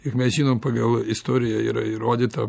juk mes žinom pagal istoriją yra įrodyta